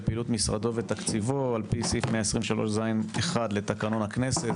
על פעילות משרדו ותקציבו - עפ"י סעיף 123 ז (1) לתקנון הכנסת.